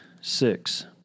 Six